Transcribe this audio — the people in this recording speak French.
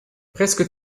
presque